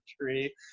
Tree